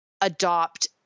adopt